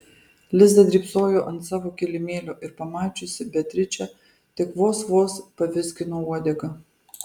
liza drybsojo ant savo kilimėlio ir pamačiusi beatričę tik vos vos pavizgino uodegą